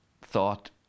thought